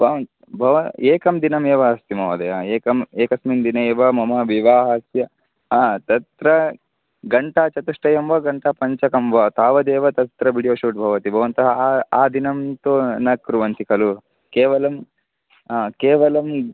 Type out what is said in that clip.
त्वां भवा एकं दिनमेव अस्ति महोदय एकम् एकस्मिन् दिने एव मम विवाहस्य आ तत्र घण्टाचतुष्टयं वा घण्टापञ्चकं वा तावदेव तत्र विडियो शूट् भवति भवन्तः आदिनं तु न कुर्वन्ति खलु केवलं केवलं